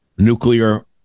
nuclear